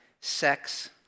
sex